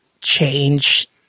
change